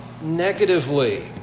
negatively